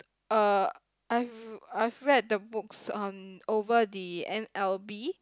uh I've I've read the books on over the n_l_b